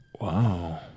wow